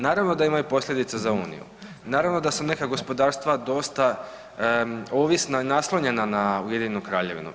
Naravno da imaju posljedice za uniju, naravno da su neka gospodarstva dosta ovisna i naslonjena na Ujedinjenu Kraljevinu.